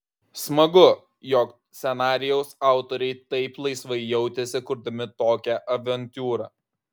smagu jog scenarijaus autoriai taip laisvai jautėsi kurdami tokią avantiūrą